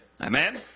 Amen